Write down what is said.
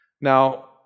Now